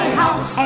house